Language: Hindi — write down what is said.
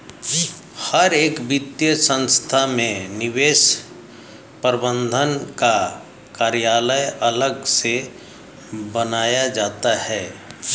हर एक वित्तीय संस्था में निवेश प्रबन्धन का कार्यालय अलग से बनाया जाता है